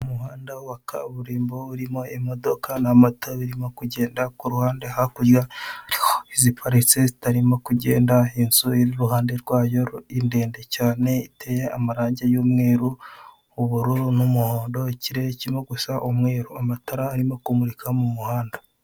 Umuhanda wa kaburimbo urimo imodoka na moto birimo kugenda kuruhande hakurya hariho iziparitse zitarimo kugenda inzu iri iruhande rwayo ndende cyane iteye amarange y'umweru, ubururu, n'umuhondo, ikirere kirimo gusa ubururu, amatara arimo kumurika mu muhanda.